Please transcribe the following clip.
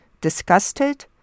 disgusted